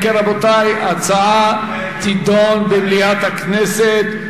אם כן, רבותי, ההצעה תידון במליאת הכנסת.